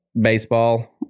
baseball